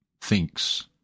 thinks